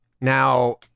Now